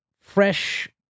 fresh